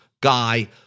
guy